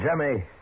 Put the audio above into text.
Jimmy